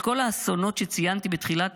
על כל האסונות שציינתי בתחילת